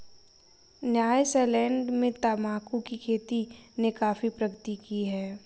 Nyasaland में तंबाकू की खेती ने काफी प्रगति की है